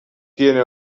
tiene